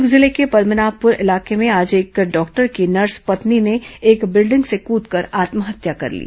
दुर्ग जिले के पद्मनाभपुर इलाके में आज एक डॉक्टर की नर्स पत्नी ने एक बिल्डिंग से कूदकर आत्महत्या कर ली